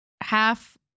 half